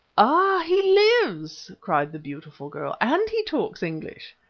ah, he lives! cried the beautiful girl, and he talks english.